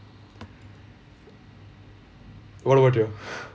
what about you